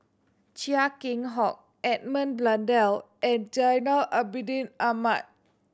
Chia Keng Hock Edmund Blundell and Zainal Abidin Ahmad